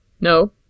No